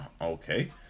Okay